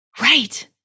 Right